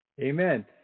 Amen